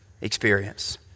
experience